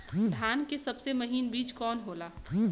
धान के सबसे महीन बिज कवन होला?